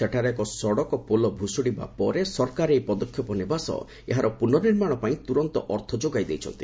ସେଠାରେ ଏକ ସଡ଼କ ପୋଲ ଭୁଷ୍ମୁଡ଼ି ପଡ଼ିବା ପରେ ସରକାର ଏହି ପଦକ୍ଷେପ ନେବା ସହ ଏହାର ପୁନଃନିର୍ମାଣ ପାଇଁ ତୁରନ୍ତ ଅର୍ଥ ଯୋଗାଇ ଦେଇଛନ୍ତି